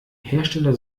hersteller